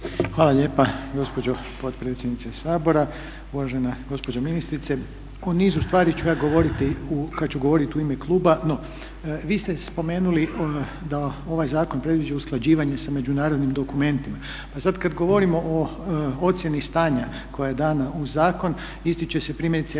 Hvala lijepa gospođo potpredsjednice Sabora. Uvažena gospođo ministrice. O nizu stvari ću ja govoriti kada ću govoriti u ime kluba, no vi ste spomenuli da ovaj zakon predviđa usklađivanje sa međunarodnim dokumentima. A sada kada govorimo o ocjeni stanja koja je dana u zakon ističe se primjerice